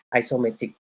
isometric